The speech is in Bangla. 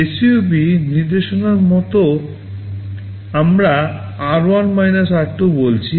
SUB নির্দেশনার মতো আমরা r1 r2 বলছি